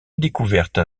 découverte